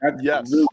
yes